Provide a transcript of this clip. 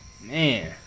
Man